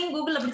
Google